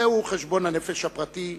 זהו חשבון הנפש הפרטי שלנו,